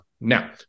now